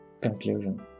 Conclusion